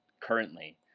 currently